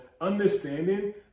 understanding